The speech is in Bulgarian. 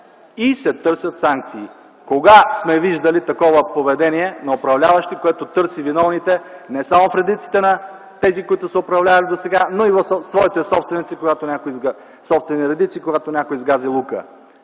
и се търсят санкции. Кога сме виждали такова поведение на управляващи, което търси виновните не само в редиците на тези, които са управлявали досега, но и в своите собствени редици, когато някой сгази лука?